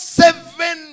seven